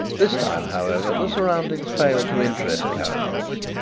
this time, however, the surroundings failed to interest carrados.